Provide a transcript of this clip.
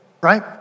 right